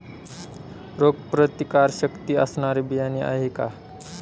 रोगप्रतिकारशक्ती असणारी बियाणे आहे का?